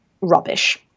rubbish